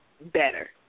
better